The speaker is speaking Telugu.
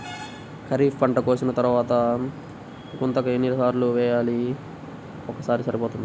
ఖరీఫ్ పంట కోసిన తరువాత గుంతక ఎన్ని సార్లు వేయాలి? ఒక్కసారి సరిపోతుందా?